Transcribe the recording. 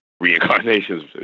reincarnations